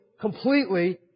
completely